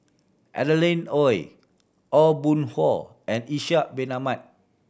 Adeline Ooi Aw Boon Haw and Ishak Bin Ahmad